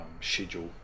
schedule